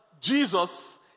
Jesus